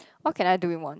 what can I do in one year